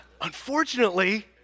Unfortunately